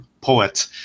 poet